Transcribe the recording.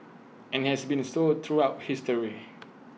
and has been so throughout history